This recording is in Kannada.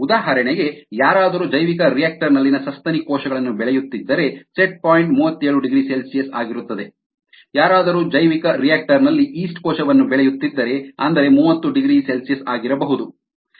ಉದಾಹರಣೆಗೆ ಯಾರಾದರೂ ಜೈವಿಕರಿಯಾಕ್ಟರ್ ನಲ್ಲಿ ಸಸ್ತನಿ ಕೋಶಗಳನ್ನು ಬೆಳೆಯುತ್ತಿದ್ದರೆ ನಿರ್ದಿಷ್ಟ ಬಿಂದು 370C ಆಗಿರುತ್ತದೆ ಯಾರಾದರೂ ಜೈವಿಕರಿಯಾಕ್ಟರ್ ನಲ್ಲಿ ಯೀಸ್ಟ್ ಕೋಶವನ್ನು ಬೆಳೆಯುತ್ತಿದ್ದರೆ ಅಂದರೆ 300C ಆಗಿರಬಹುದು